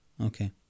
Okay